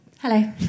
Hello